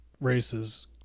races